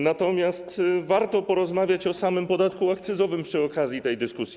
Natomiast warto porozmawiać o samym podatku akcyzowym przy okazji tej dyskusji.